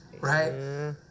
Right